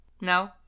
No